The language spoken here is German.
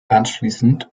anschließend